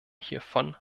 hiervon